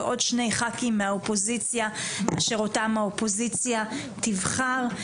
ועוד שני ח"כים מהאופוזיציה שאותם האופוזיציה תבחר.